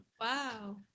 Wow